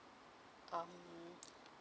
um